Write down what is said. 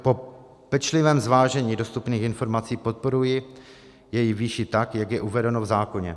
Po pečlivém zvážení dostupných informací podporuji jejich výši tak, jak je uvedeno v zákoně.